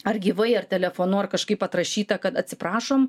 ar gyvai ar telefonu ar kažkaip atrašyta kad atsiprašom